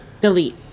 Delete